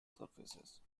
surfaces